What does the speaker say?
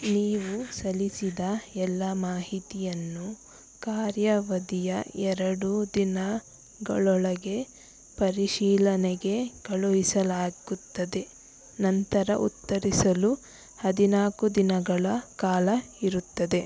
ನೀವು ಸಲ್ಲಿಸಿದ ಎಲ್ಲ ಮಾಹಿತಿಯನ್ನು ಕಾರ್ಯಾವಧಿಯ ಎರಡು ದಿನಗಳೊಳಗೆ ಪರಿಶೀಲನೆಗೆ ಕಳುಹಿಸಲಾಗುತ್ತದೆ ನಂತರ ಉತ್ತರಿಸಲು ಹದಿನಾಲ್ಕು ದಿನಗಳ ಕಾಲ ಇರುತ್ತದೆ